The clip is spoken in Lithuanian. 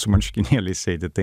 su marškinėliais sėdi tai